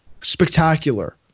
spectacular